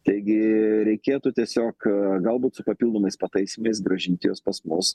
taigi reikėtų tiesiog galbūt su papildomais pataisymais grąžinti juos pas mus